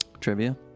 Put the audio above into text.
Trivia